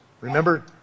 remember